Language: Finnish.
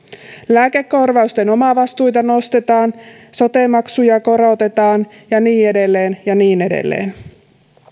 lääkekorvausten omavastuita nostetaan sote maksuja korotetaan ja niin edelleen ja niin edelleen